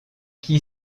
qui